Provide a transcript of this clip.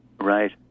right